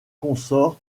consort